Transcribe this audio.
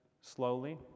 slowly